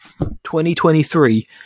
2023